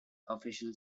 official